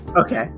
Okay